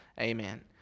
Amen